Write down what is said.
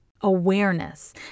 awareness